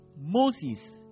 Moses